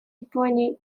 японией